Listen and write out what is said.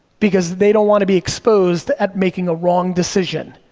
because they don't wanna be exposed at making a wrong decision,